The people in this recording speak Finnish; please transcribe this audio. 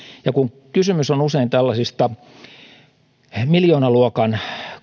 ja kun kysymys on usein miljoonaluokan